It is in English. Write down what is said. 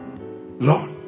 Lord